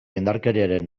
indarkeriaren